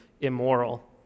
immoral